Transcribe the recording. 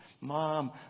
Mom